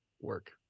work